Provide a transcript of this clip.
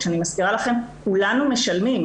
ואני מזכירה לכם שכולנו משלמים,